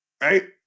right